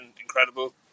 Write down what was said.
incredible